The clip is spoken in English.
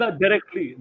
directly